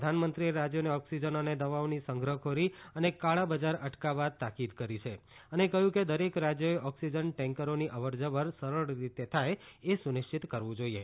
પ્રધાનમંત્રીએ રાજ્યોને ઓક્સિજન અને દવાઓની સંગ્રહખોરી અને કાળાબજાર અટકાવવા તાકીદ કરી છે અને કહ્યું કે દરેક રાજ્યોએ ઓક્સિજન ટેન્કરોની અવરજવર સરળ રીતે થાય એ સુનિશ્ચિત કરવું જોઈએ